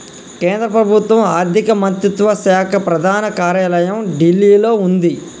కేంద్ర ప్రభుత్వం ఆర్ధిక మంత్రిత్వ శాఖ ప్రధాన కార్యాలయం ఢిల్లీలో వుంది